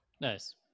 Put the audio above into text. nice